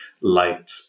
light